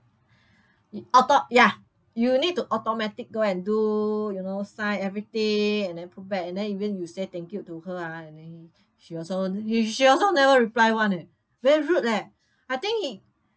y~ auto ya you need to automatic go and do you know sign everything and then put back and then even you say thank you to her ah and then he she also she also never reply [one] eh very rude leh I think he